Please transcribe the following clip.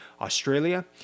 Australia